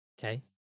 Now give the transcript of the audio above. Okay